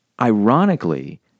Ironically